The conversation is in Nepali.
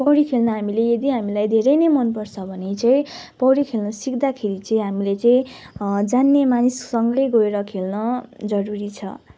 पौडी खेल्न हामीले यदि हामीलाई धेरै नै मनपर्छ भने चाहिँ पौडी खेल्न सिक्दाखेरि चाहिँ हामीले चाहिँ जान्ने मानिससँगै गएर खेल्न जरुरी छ